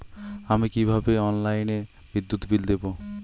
আমি কিভাবে অনলাইনে বিদ্যুৎ বিল দেবো?